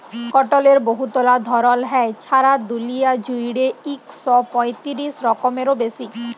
কটলের বহুতলা ধরল হ্যয়, ছারা দুলিয়া জুইড়ে ইক শ পঁয়তিরিশ রকমেরও বেশি